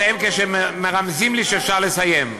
אני מסיים כשמרמזים שאפשר לסיים.